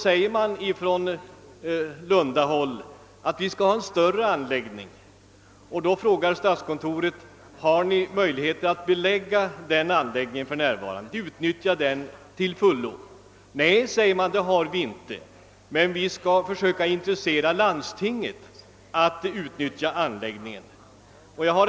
Sedermera framhölls från lundahåll att det behövdes en större anläggning. Statskontoret frågade: Har ni möjligheter att till fullo utnyttja en sådan anläggning för närvarande? Svaret blev: Nej, det har vi inte, men vi skall försöka intressera landstinget för att även utnyttja anläggningen.